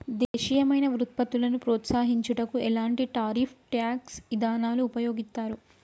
దేశీయమైన వృత్పత్తులను ప్రోత్సహించుటకు ఎలాంటి టారిఫ్ ట్యాక్స్ ఇదానాలు ఉపయోగిత్తారు